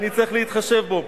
אני צריך להתחשב בו.